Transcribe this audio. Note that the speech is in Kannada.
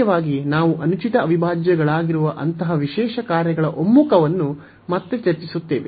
ಮುಖ್ಯವಾಗಿ ನಾವು ಅನುಚಿತ ಅವಿಭಾಜ್ಯಗಳಾಗಿರುವ ಅಂತಹ ವಿಶೇಷ ಕಾರ್ಯಗಳ ಒಮ್ಮುಖವನ್ನು ಮತ್ತೆ ಚರ್ಚಿಸುತ್ತೇವೆ